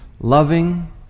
loving